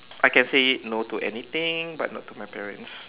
I can say no to anything but not to my parents